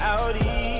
Audi